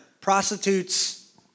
prostitutes